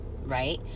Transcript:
Right